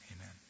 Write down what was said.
amen